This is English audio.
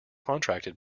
contracted